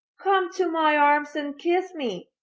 come to my arms and kiss me!